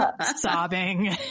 sobbing